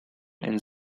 and